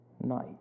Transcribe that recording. night